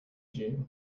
jew